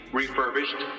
refurbished